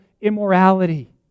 immorality